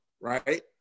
right